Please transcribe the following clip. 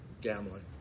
gambling